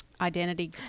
identity